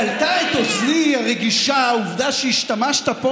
קלטה את אוזני הרגישה העובדה שהשתמשת פה,